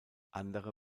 andere